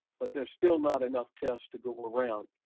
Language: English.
but there's still not enough tests to go around.